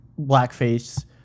blackface